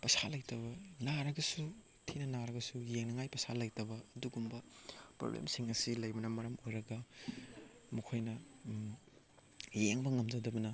ꯄꯩꯁꯥ ꯂꯩꯇꯕ ꯅꯥꯔꯒꯁꯨ ꯊꯤꯅ ꯅꯥꯔꯒꯁꯨ ꯌꯦꯡꯅꯤꯡꯉꯥꯏ ꯄꯩꯁꯥ ꯂꯩꯇꯕ ꯑꯗꯨꯒꯨꯝꯕ ꯄ꯭ꯔꯣꯕ꯭ꯂꯦꯝꯁꯤꯡ ꯑꯁꯤ ꯂꯩꯕꯅ ꯃꯔꯝ ꯑꯣꯏꯔꯒ ꯃꯈꯣꯏꯅ ꯌꯦꯡꯕ ꯉꯝꯖꯗꯕꯅ